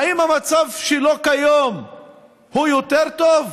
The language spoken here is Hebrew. האם המצב שלו כיום הוא יותר טוב?